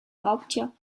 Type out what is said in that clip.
raubtier